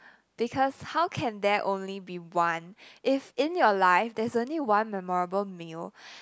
because how can there only be one if in your life there's only one memorable meal